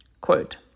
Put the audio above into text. Quote